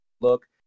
look